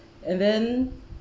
and then